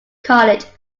college